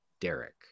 Derek